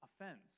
offense